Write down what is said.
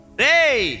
hey